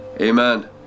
Amen